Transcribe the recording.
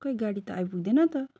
खोई गाडी त आइपुग्दैन त